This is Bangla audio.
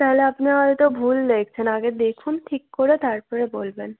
তাহলে আপনি হয়তো ভুল দেখছেন আগে দেখুন ঠিক করে তার পরে বলবেন